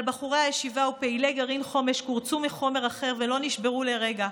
אבל בחורי הישיבה ופעילי גרעין חומש קורצו מחומר אחר ולא נשברו לרגע.